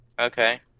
Okay